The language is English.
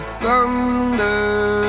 thunder